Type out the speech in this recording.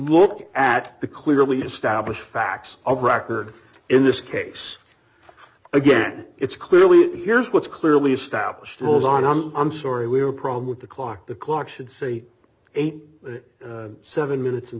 look at the clearly established facts of record in this case again it's clear we here's what's clearly established rules on an on story we have a problem with the clock the clock should say eighty seven minutes and